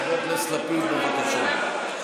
חבר הכנסת לפיד, בבקשה.